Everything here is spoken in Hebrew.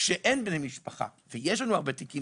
כשאין בני משפחה ויש לנו הרבה תיקים